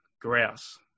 grouse